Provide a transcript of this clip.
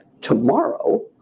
tomorrow